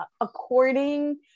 according